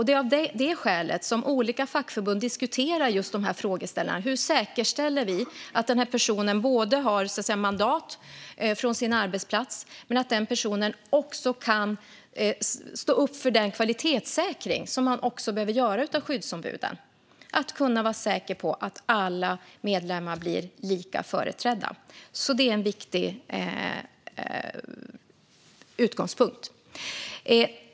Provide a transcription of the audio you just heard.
Det är av det skälet olika fackförbund diskuterar de här frågeställningarna - hur säkerställer vi att den här personen både har mandat från sin arbetsplats och kan stå upp för den kvalitetssäkring som man behöver göra av skyddsombuden, så att man kan vara säker på att alla medlemmar blir lika företrädda? Detta är en viktig utgångspunkt.